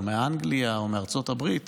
מאנגליה או מארצות הברית